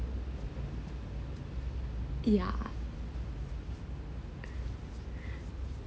yeah